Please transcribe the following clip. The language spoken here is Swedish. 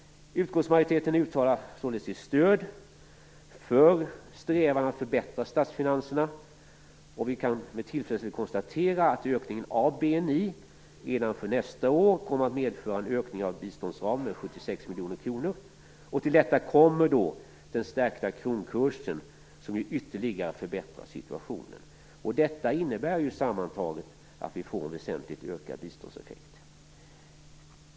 Utskottsmajoriteten uttalar således sitt stöd för strävan att förbättra statsfinanserna. Vi kan med tillfredsställelse konstatera att ökningen av BNI redan för nästa år kommer att medföra en ökning av biståndsramen med 76 miljoner kronor. Till detta kommer den stärkta kronkursen, som ju ytterligare förbättrar situationen. Sammantaget innebär detta en väsentligt ökad biståndseffekt.